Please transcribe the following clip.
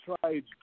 tried